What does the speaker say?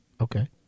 okay